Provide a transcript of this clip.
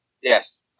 Yes